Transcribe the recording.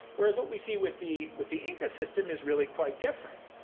whereas, what we see with the with the inca system is really quite different.